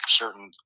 certain